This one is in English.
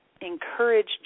encourage